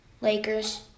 Lakers